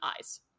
eyes